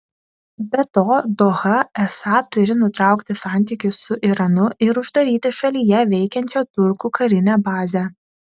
be to doha esą turi nutraukti santykius su iranu ir uždaryti šalyje veikiančią turkų karinę bazę